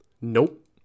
Nope